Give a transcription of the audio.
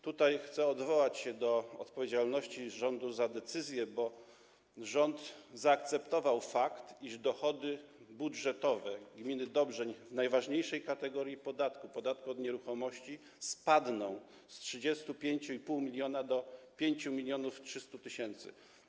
Tutaj chcę odwołać się do odpowiedzialności rządu za decyzje, bo rząd zaakceptował fakt, iż dochody budżetowe gminy Dobrzeń w najważniejszej kategorii podatku, podatku od nieruchomości, spadną z 35,5 mln do 5300 tys.